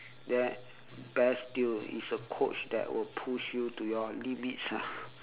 then best still is a coach that will push you to your limits ah